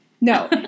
No